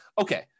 Okay